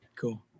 cool